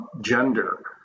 gender